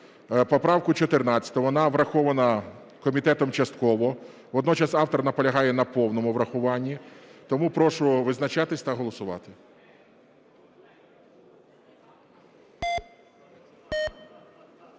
поправку 14. Вона врахована комітетом частково. Водночас автор наполягає на повному врахуванні. Тому прошу визначатись та голосувати.